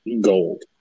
gold